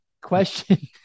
question